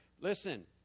Listen